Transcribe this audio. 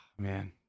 man